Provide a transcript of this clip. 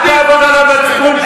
לא דיברתי על כסף.